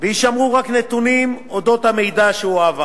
ויישמרו רק נתונים על אודות המידע שהועבר.